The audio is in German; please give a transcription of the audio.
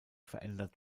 verändert